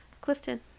Clifton